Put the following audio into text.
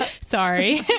sorry